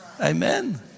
Amen